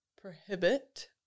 prohibit